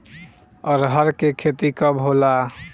अरहर के खेती कब होला?